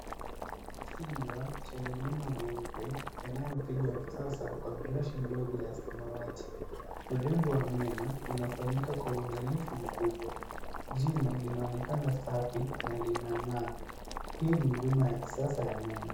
Kinywa chenye meno meupe yanayopigwa msasa kwa brashi ndogo ya samawati. Urembo wa meno unafanyika kwa uangalifu mkubwa. Jino linaonekana safi na linang'aa. Hii ni huduma ya kisasa ya meno.